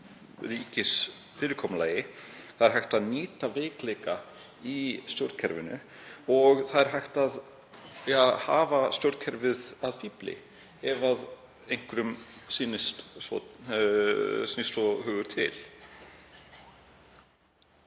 ríkisfyrirkomulagi. Það er hægt að nýta veikleika í stjórnkerfinu og það er hægt að hafa stjórnkerfið að fífli ef einhver hefur hug á því.